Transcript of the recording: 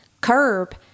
curb